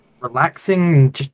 relaxing